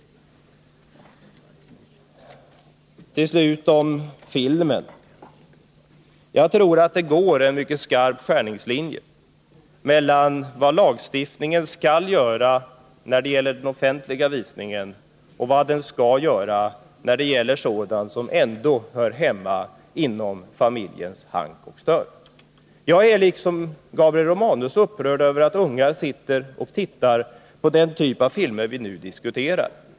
Slutligen: i fråga om filmen tror jag att det går en mycket skarp skärningslinje mellan vad lagstiftningen skall göra när det gäller den offentliga visningen och vad den skall göra när det gäller sådant som ändå hör hemma inom familjens hank och stör. Jag är, liksom Gabriel Romanus, upprörd över att ungar sitter och tittar på den typ av filmer vi nu diskuterar.